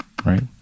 Right